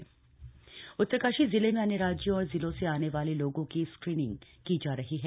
Covid update Uttarkashi Uttarkashi जिले में अन्य राज्यों और जिलों से आने वाले लोगों की स्क्रिनिंग की जा रही है